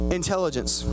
intelligence